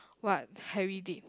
what Harry did